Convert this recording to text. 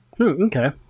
Okay